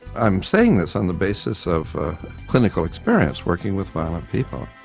i'm saying this on the basis of clinical experience, working with violent people.